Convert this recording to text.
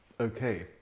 okay